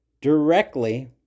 directly